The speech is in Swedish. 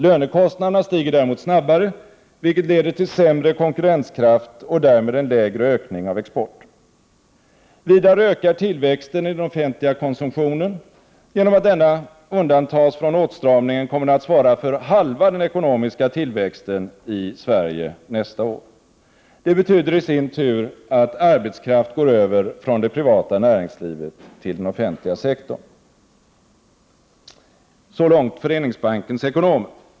Lönekostnaderna stiger däremot snabbare, vilket leder till sämre konkurrenskraft och därmed en lägre ökning av exporten. Vidare ökar tillväxten i den offentliga konsumtionen — genom att denna undantas från åtstramningen kommer den att svara för halva den ekonomiska tillväxten i Sverige nästa år. Det betyder i sin tur att arbetskraft går över från det privata näringslivet till den offentliga sektorn. Så långt Föreningsbankens ekonomer.